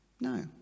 No